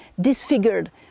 disfigured